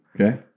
Okay